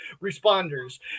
responders